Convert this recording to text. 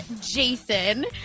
Jason